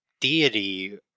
deity